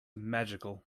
magical